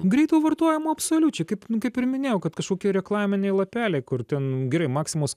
greito vartojimo absoliučiai kaip nu kaip ir minėjau kad kažkokie reklaminiai lapeliai kur ten gerai maksimos